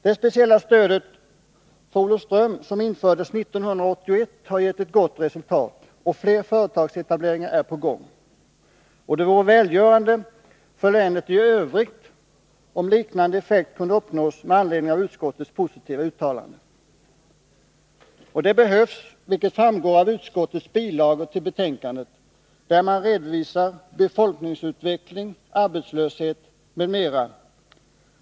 Det speciella stödet för Olofström infördes 1981 och har gett ett gott resultat, och fler företagsetableringar är på gång. Det vore välgörande för länet i övrigt om liknande effekt kunde uppnås med anledning av utskottets positiva uttalande. Detta behövs — vilket framgår av utskottets bilagor till betänkandet. Där redovisas befolkningsutveckling, arbetslöshet m.m.